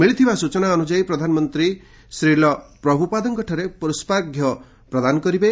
ମିଳିଥିବା ସୂଚନା ଅନୁଯାୟୀ ପ୍ରଧାନମନ୍ତ୍ରୀ ଶ୍ରୀଲ ପ୍ରଭୂପାଦଙ୍କଠାରେ ପୁଷ୍ପାର୍ଘ୍ୟ ପ୍ରଦାନ କରିବେ